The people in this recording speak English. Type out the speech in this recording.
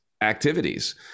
activities